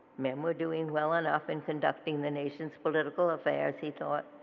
men were doing well enough in conducting the nation's political affairs he thought